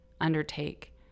undertake